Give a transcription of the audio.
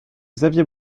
xavier